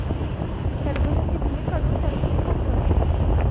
टरबुजाचे बिये काढुन टरबुज खातत